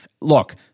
Look –